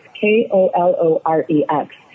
K-O-L-O-R-E-X